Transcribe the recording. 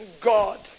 God